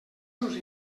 seus